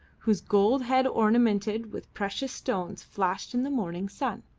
whose gold head ornamented with precious stones flashed in the morning sun.